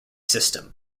system